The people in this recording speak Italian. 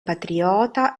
patriota